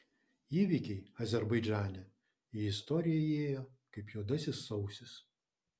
įvykiai azerbaidžane į istoriją įėjo kaip juodasis sausis